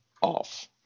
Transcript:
off